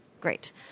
Great